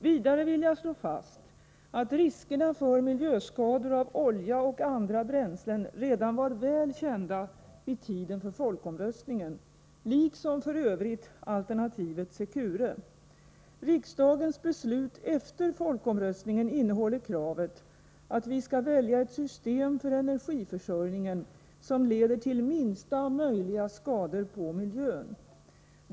Vidare vill jag slå fast att riskerna för miljöskador av olja och andra bränslen redan var väl kända vid tiden för folkomröstningen — liksom f. ö. alternativet Secure. Riksdagens beslut efter folkomröstningen innehåller kravet att vi skall välja ett system för energiförsörjningen som leder till minsta möjliga skador på miljön.